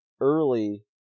early